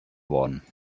worden